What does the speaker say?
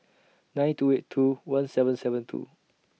nine two eight two one seven seven two